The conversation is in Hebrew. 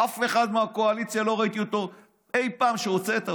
אף אחד מהקואליציה לא ראיתי אי-פעם שהוצאת.